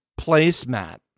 placemat